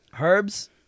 Herbs